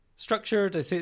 structured